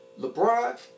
LeBron